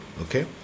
Okay